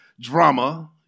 drama